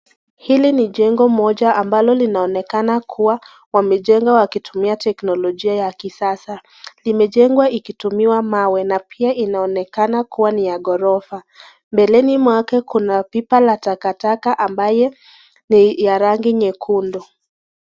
Hili ni jengo moja ambalo linaonekana kuwa wamejenga wakitumia teknolojia ya kisasa, limejengwa ikitumiwa mawe na pia inaonekana kuwa ni ya ghorofa. Mbeleni mwake kuna pipa la takataka ambayo ni ya rangi nyekundu.